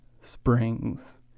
springs